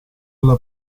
della